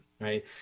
right